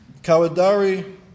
Kawadari